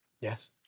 Yes